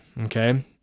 Okay